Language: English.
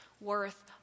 worth